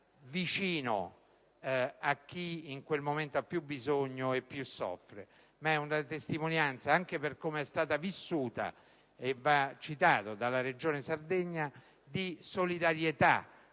vicino a chi in quel momento ha più bisogno e più soffre, ma è una testimonianza (anche per come è stata vissuta dalla regione Sardegna, che va per